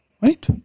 right